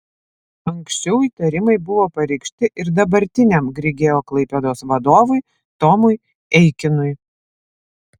anksčiau įtarimai buvo pareikšti ir dabartiniam grigeo klaipėdos vadovui tomui eikinui